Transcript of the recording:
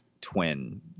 twin